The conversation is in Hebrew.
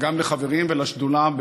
וגם לחברים ולשדולה,